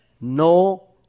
no